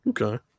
Okay